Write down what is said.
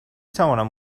توانم